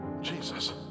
Jesus